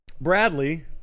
Bradley